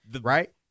Right